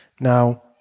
Now